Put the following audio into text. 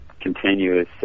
continuous